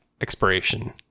expiration